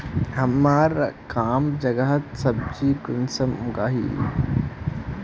हमार कम जगहत सब्जी कुंसम उगाही?